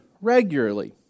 regularly